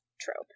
trope